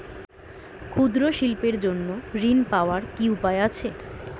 ক্ষুদ্র শিল্পের জন্য ঋণ পাওয়ার কি উপায় আছে?